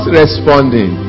responding